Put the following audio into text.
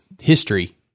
history